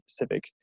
Pacific